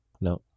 No